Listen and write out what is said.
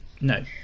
No